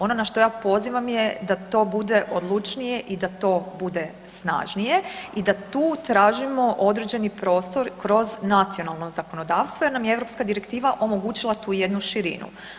Ono na što ja pozivam je da to bude odlučnije i da to bude snažnije i da tu tražimo određeni prostor kroz nacionalno zakonodavstvo jer nam je europska direktiva omogućila tu jednu širinu.